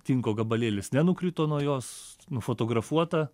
tinko gabalėlis nenukrito nuo jos nufotografuota